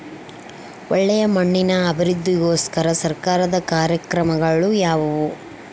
ಒಳ್ಳೆ ಮಣ್ಣಿನ ಅಭಿವೃದ್ಧಿಗೋಸ್ಕರ ಸರ್ಕಾರದ ಕಾರ್ಯಕ್ರಮಗಳು ಯಾವುವು?